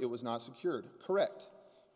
it was not secured correct